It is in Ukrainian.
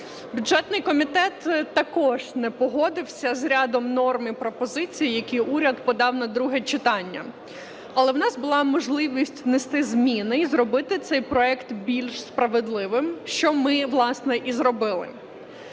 Бюджетний комітет також не погодився з рядом норм і пропозицій, які уряд подав на друге читання. Але в нас була можливість внести зміни і зробити цей проект більш справедливим, що ми, власне, і зробили.